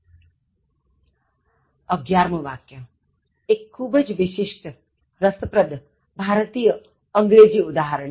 11અગિયારમું વાક્ય એક ખૂબ જ વિશિષ્ટરસપ્રદ ભારતીય અંગ્રેજી ઉદાહરણ છે